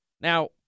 Now